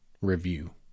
review